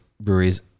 breweries